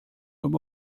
aber